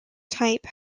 type